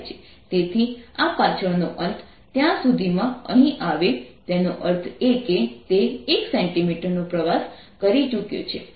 તેથી આ પાછળનો અંત ત્યાં સુધીમાં અહીં આવે તેનો અર્થ એ કે તે 1 cm નો પ્રવાસ કરી ચૂક્યો છે